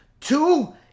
two